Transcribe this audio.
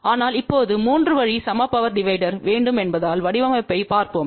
ஆனால் இப்போது 3 வழி சம பவர் டிவைடர் வேண்டும் என்பதால் வடிவமைப்பைப் பார்ப்போம்